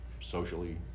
socially